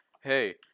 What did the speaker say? Hey